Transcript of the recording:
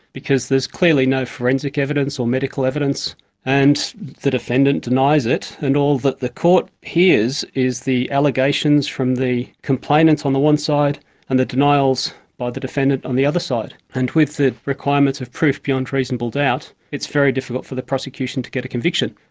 because there's clearly no forensic evidence or medical evidence and the defendant denies it, and all that the court hears is is the allegations from the complainants on the one side and the denials by the defendant on the other side. and with the requirements of proof beyond reasonable doubt, it's very difficult for the prosecution to get a conviction.